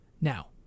Now